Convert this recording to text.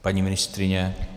Paní ministryně?